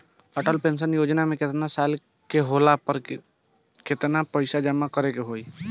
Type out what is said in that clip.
Atal pension योजना मे केतना साल के होला पर केतना पईसा जमा करे के होई?